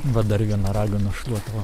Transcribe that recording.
vat dar viena raganos šluota va